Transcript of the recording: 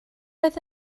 oedd